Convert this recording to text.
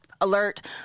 alert